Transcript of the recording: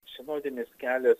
sinodinis kelias